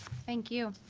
thank you